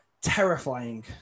terrifying